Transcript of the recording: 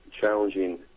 challenging